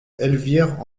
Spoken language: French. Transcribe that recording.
elvire